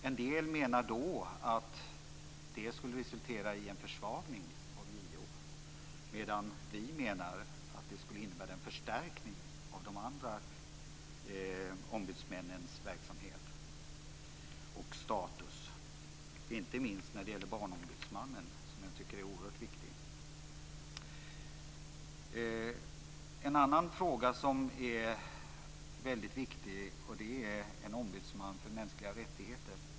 En del menar att det skulle resultera i en försvagning av JO, medan vi menar att det skulle innebära en förstärkning av de andra ombudsmännens verksamhet och status, inte minst när det gäller barnombudsmannen, som jag tycker är oerhört viktig. En annan fråga som är väldigt viktig är en ombudsman för mänskliga rättigheter.